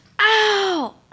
Ow